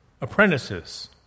apprentices